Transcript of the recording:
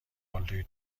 پالتوی